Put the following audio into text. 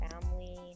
family